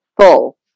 full